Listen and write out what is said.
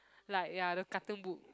like ya the cartoon book